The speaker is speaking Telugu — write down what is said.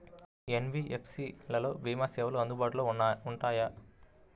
ఎన్.బీ.ఎఫ్.సి లలో భీమా సేవలు అందుబాటులో ఉంటాయా?